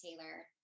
Taylor